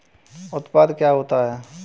उत्पाद क्या होता है?